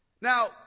Now